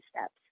steps